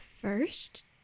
First